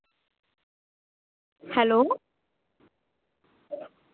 hello